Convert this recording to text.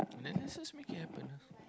then let's just make it happen lah